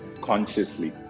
consciously